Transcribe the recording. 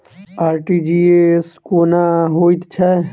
RTGS कोना होइत छै?